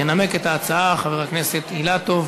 ינמק את ההצעה חבר הכנסת אילטוב,